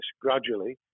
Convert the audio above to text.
gradually